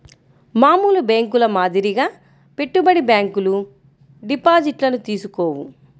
మామూలు బ్యేంకుల మాదిరిగా పెట్టుబడి బ్యాంకులు డిపాజిట్లను తీసుకోవు